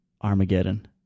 Armageddon